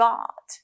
God